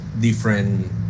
different